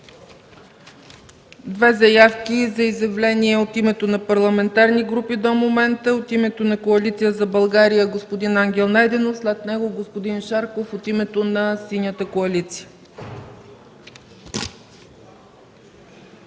две заявки за изявления от името на парламентарни групи до момента: от името на Коалиция за България – господин Ангел Найденов, след него – господин Шарков, от името на Синята коалиция.